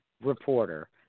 reporter